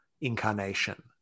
incarnation